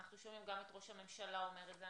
אנחנו שומעים גם את ראש הממשלה אומר את זה,